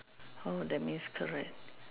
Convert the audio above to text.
oh that means correct